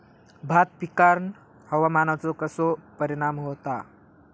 भात पिकांर हवामानाचो कसो परिणाम होता?